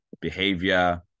behavior